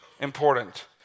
important